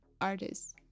artists